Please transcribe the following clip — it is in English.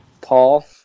Paul